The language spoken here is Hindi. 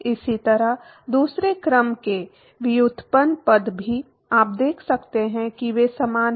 इसी तरह दूसरे क्रम के व्युत्पन्न पद भी आप देख सकते हैं कि वे समान हैं